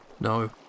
No